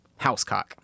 housecock